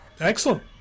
Excellent